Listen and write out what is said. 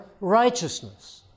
Righteousness